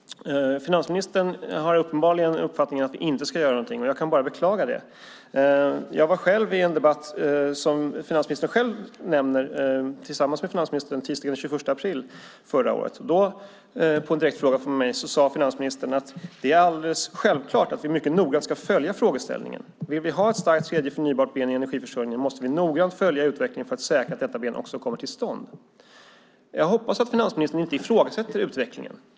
Finansministern har uppenbarligen uppfattningen att vi inte ska göra någonting, och jag kan bara beklaga det. Jag deltog, tillsammans med finansministern, i en debatt tisdagen den 21 april förra året. På en direkt fråga från mig sade finansministern att det är alldeles självklart att vi mycket noga ska följa frågeställningen. Om vi vill ha ett starkt tredje förnybart ben i energiförsörjningen måste vi noggrant följa utvecklingen för att säkra att detta ben också kommer till stånd. Jag hoppas att finansministern inte ifrågasätter utvecklingen.